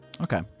Okay